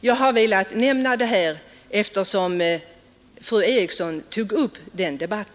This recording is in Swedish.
Jag har velat nämna dessa saker, eftersom fru Eriksson tog upp denna debatt.